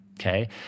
Okay